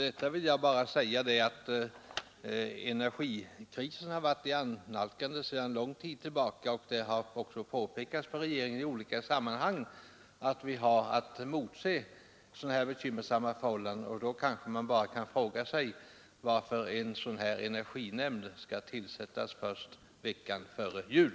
Fru talman! Energikrisen har varit i annalkande sedan lång tid tillbaka, och det har också påpekats för regeringen i olika sammanhang att vi hade att motse bekymmersamma förhållanden. Då kanske man kan fråga, varför en sådan här energinämnd skall tillsättas först en vecka före jul.